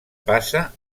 passa